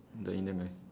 the indian guy